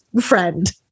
friend